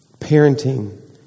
Parenting